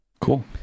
cool